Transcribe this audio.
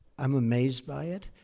i'm amazed by it.